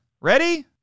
Ready